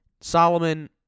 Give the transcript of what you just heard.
Solomon